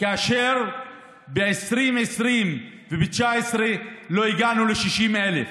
כאשר ב-2020 וב-2019 לא הגענו ל-60,000.